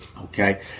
Okay